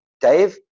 Dave